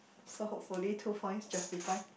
so hopefully two points justify